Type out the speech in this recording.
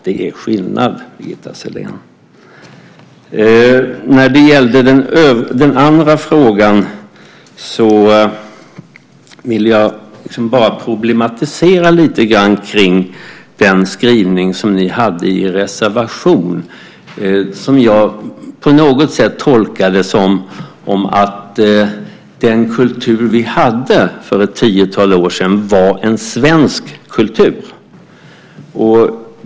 Det är skillnad, Birgitta Sellén. När det gällde den andra frågan vill jag bara problematisera lite grann kring den skrivning ni hade i reservationen, som jag tolkade så att den kultur vi hade för ett tiotal år sedan var en svensk kultur.